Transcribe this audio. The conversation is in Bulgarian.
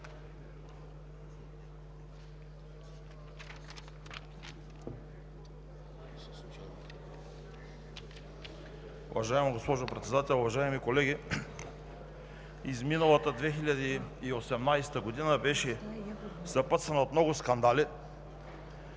Уважаема госпожо Председател, уважаеми колеги! Изминалата 2018 г. беше съпътствана от много скандали.